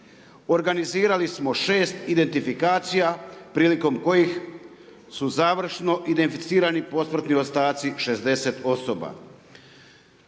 Organizirali smo 6 identifikacija prilikom kojih su završno identificirani posmrtni ostaci 60 osoba.